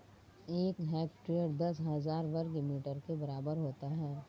एक हेक्टेयर दस हज़ार वर्ग मीटर के बराबर होता है